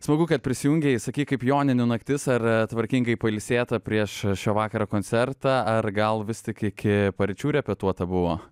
smagu kad prisijungei sakyk kaip joninių naktis ar tvarkingai pailsėta prieš šio vakaro koncertą ar gal vis tik iki paryčių repetuota buvo